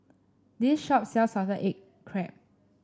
this shop sells Salted Egg Crab